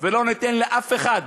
ולא ניתן לאף אחד